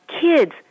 kids